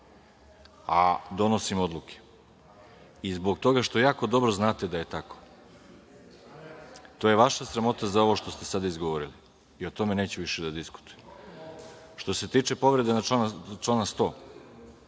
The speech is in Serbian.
a donosim odluke i zbog toga što jako dobro znate da je tako, to je vaša sramota za ovo što ste sada izgovorili i o tome neću više da diskutujem. Što se tiče povrede člana 100,